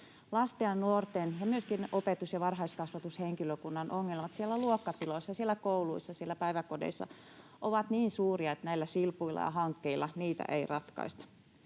Lasten ja nuorten ja myöskin opetus- ja varhaiskasvatushenkilökunnan ongelmat siellä luokkatiloissa, siellä kouluissa ja siellä päiväkodeissa ovat niin suuria, että näillä silpuilla ja hankkeilla niitä ei ratkaista.